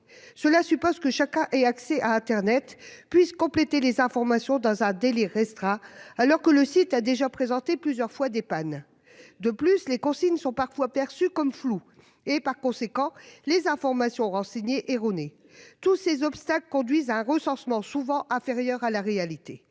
cela suppose que chacun ait accès à Internet puissent compléter les informations dans un délire restera alors que le site a déjà présenté plusieurs fois des pannes de plus, les consignes sont parfois perçue comme floue et par conséquent les informations renseignées erronée. Tous ces obstacles conduisent à un recensement souvent inférieurs à la réalité.